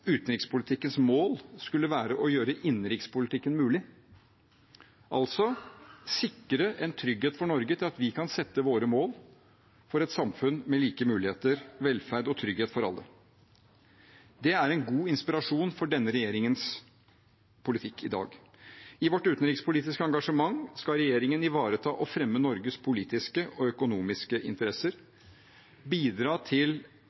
utenrikspolitikkens mål skulle være å gjøre innenrikspolitikken mulig, altså sikre en trygghet for Norge til at vi kan sette våre mål for et samfunn med like muligheter, velferd og trygghet for alle. Det er en god inspirasjon for denne regjeringens politikk i dag. I vårt utenrikspolitiske engasjement skal regjeringen ivareta og fremme Norges politiske og økonomiske interesser, bidra til